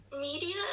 Media